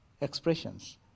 expressions